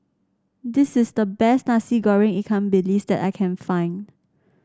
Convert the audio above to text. this is the best Nasi Goreng Ikan Bilis that I can find